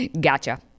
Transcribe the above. Gotcha